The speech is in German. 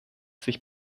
sich